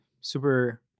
super